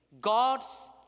God's